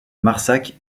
marsac